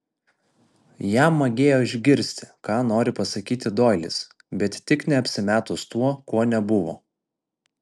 jam magėjo išgirsti ką nori pasakyti doilis bet tik ne apsimetus tuo kuo nebuvo